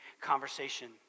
conversation